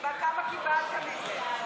כמה קיבלת מזה?